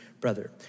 brother